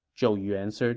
zhou yu answered